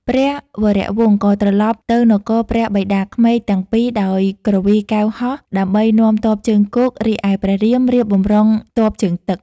ព្រះវរវង្សក៏ត្រឡប់ទៅនគរព្រះបិតាក្មេកទាំងពីរដោយគ្រវីកែវហោះដើម្បីនាំទ័ពជើងគោក រីឯព្រះរៀមរៀបបម្រុងទ័ពជើងទឹក។